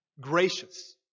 gracious